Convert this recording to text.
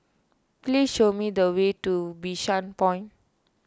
please show me the way to Bishan Point